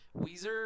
Weezer